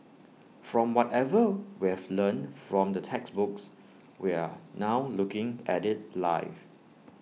from whatever we've learnt from the textbooks we are now looking at IT live